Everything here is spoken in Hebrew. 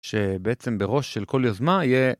שבעצם בראש של כל יוזמה יהיה...